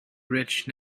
rich